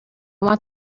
want